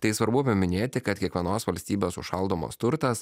tai svarbu paminėti kad kiekvienos valstybės užšaldomas turtas